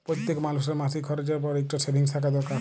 প্যইত্তেক মালুসের মাসিক খরচের পর ইকট সেভিংস থ্যাকা দরকার